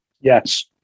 Yes